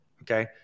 Okay